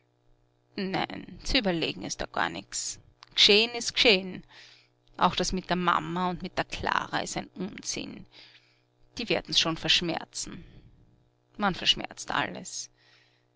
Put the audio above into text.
nein zu überlegen ist da gar nichts gescheh'n ist gescheh'n auch das mit der mama und mit der klara ist ein unsinn die werden's schon verschmerzen man verschmerzt alles wie